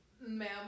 ma'am